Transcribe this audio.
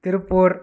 Tiruppur